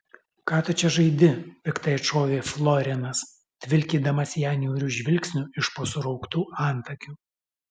ką tu čia žaidi piktai atšovė florinas tvilkydamas ją niūriu žvilgsniu iš po surauktų antakių